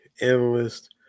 analyst